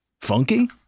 funky